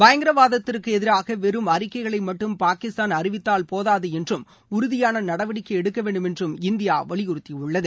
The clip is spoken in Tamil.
பயங்கரவாதத்திற்கு எதிராக வெறும் அறிக்கைகளை மட்டும் பாகிஸ்தான் அறிவித்தால் போதாது என்றும் உறுதியான நடவடிக்கை எடுக்க வேண்டும் என்றும் இந்தியா வலியுறுத்தியுள்ளது